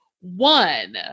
One